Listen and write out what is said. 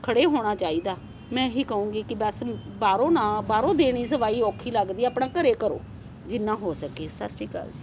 ਖੜ੍ਹੇ ਹੋਣਾ ਚਾਹੀਦਾ ਮੈਂ ਇਹੀ ਕਹੂੰਗੀ ਕਿ ਬਸ ਬਾਹਰੋਂ ਨਾ ਬਾਹਰੋਂ ਦੇਣੀ ਸਵਾਈ ਔਖੀ ਲੱਗਦੀ ਆਪਣਾ ਘਰ ਕਰੋ ਜਿੰਨਾ ਹੋ ਸਕੇ ਸਤਿ ਸ਼੍ਰੀ ਅਕਾਲ ਜੀ